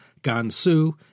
Gansu